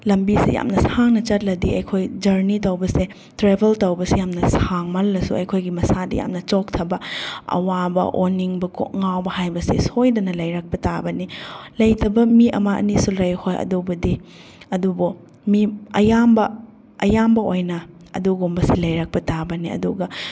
ꯂꯝꯕꯤꯁꯦ ꯌꯥꯝꯅ ꯁꯥꯡꯅ ꯆꯠꯂꯗꯤ ꯑꯩꯈꯣꯏ ꯖꯔꯅꯤ ꯇꯧꯕꯁꯦ ꯇ꯭ꯔꯦꯕꯦꯜ ꯇꯧꯕꯁꯦ ꯌꯥꯝꯅ ꯁꯥꯡꯃꯜꯂꯁꯨ ꯑꯩꯈꯣꯏꯒꯤ ꯃꯁꯥꯗ ꯌꯥꯝꯅ ꯆꯣꯛꯊꯕ ꯑꯋꯥꯕ ꯑꯣꯅꯤꯡꯕ ꯀꯣꯛ ꯉꯥꯎꯕ ꯍꯥꯏꯕꯁꯤ ꯁꯣꯏꯗꯅ ꯂꯩꯔꯛꯄ ꯇꯥꯕꯅꯤ ꯂꯩꯇꯕ ꯃꯤ ꯑꯃ ꯑꯅꯤꯁꯨ ꯂꯩ ꯍꯣꯏ ꯑꯗꯨꯕꯨꯗꯤ ꯑꯗꯨꯕꯨ ꯃꯤ ꯑꯌꯥꯝꯕ ꯑꯌꯥꯝꯕ ꯑꯣꯏꯅ ꯑꯗꯨꯒꯨꯝꯕꯁꯤ ꯂꯩꯔꯛꯄ ꯇꯥꯕꯅꯤ ꯑꯗꯨꯒ